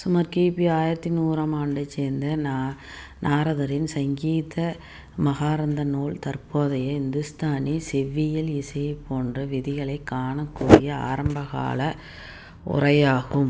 சுமார் கிபி ஆயிரத்து நூறாம் ஆண்டைச் சேர்ந்த நா நாரதரின் சங்கீத மகாரந்தா நூல் தற்போதைய இந்துஸ்தானி செவ்வியல் இசையைப் போன்ற விதிகளைக் காணக்கூடிய ஆரம்பகால உரையாகும்